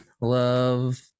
Love